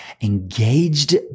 Engaged